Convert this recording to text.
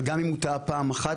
אבל גם אם האדם טעה פעם אחת,